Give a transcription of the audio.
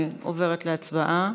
אני עוברת להצבעה.